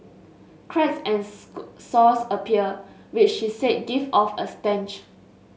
cracks and sores appear which she say give off a stench